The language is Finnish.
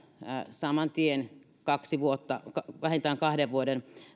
saman tien vähintään kahden vuoden